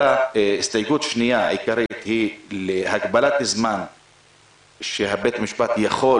הסתייגות שנייה עיקרית היא הגבלת הזמן שבית המשפט יכול